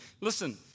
listen